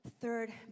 third